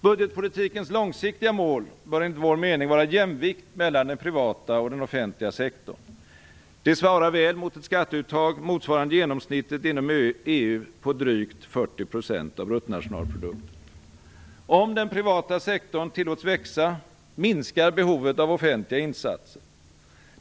Budgetpolitikens långsiktiga mål bör enligt vår mening vara jämvikt mellan den privata och den offentliga sektorn. Det svarar väl mot ett skatteuttag motsvarande genomsnittet inom EU på drygt 40 % av bruttonationalprodukten. Om den privata sektorn tillåts växa, minskar behovet av offentliga insatser.